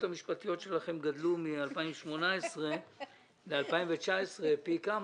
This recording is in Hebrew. המשפטיות שלכם גדלו מ-2018 ל-2019 פי כמה.